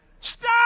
Stop